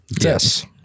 Yes